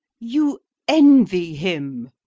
you envy him.